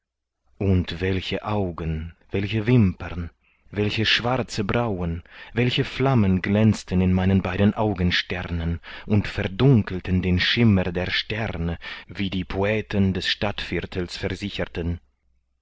und welch augen welche wimpern welche schwarze brauen welche flammen glänzten in meinen beiden augensternen und verdunkelten den schimmer der sterne wie die poeten des stadtviertels versicherten